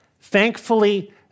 Thankfully